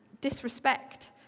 disrespect